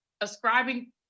Ascribing